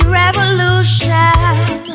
revolution